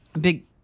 big